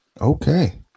okay